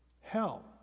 hell